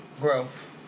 Growth